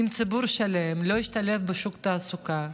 אם ציבור שלם לא משתלב בשוק התעסוקה,